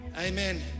Amen